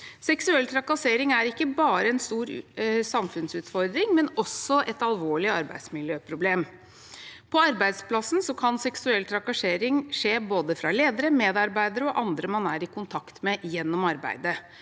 Seksuell trakassering er ikke bare en stor samfunnsutfordring, men også et alvorlig arbeidsmiljøproblem. På arbeidsplassen kan seksuell trakassering skje både fra ledere, medarbeidere og andre man er i kontakt med gjennom arbeidet.